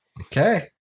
Okay